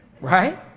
Right